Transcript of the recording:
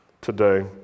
today